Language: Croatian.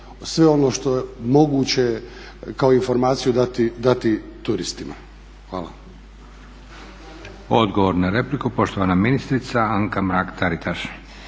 sve ono što je moguće kao informaciju dati turistima. Hvala.